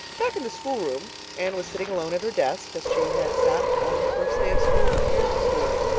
back in the schoolroom anne was sitting alone at her desk, as she had sat on the first day of school two years before,